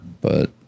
But-